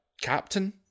captain